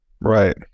Right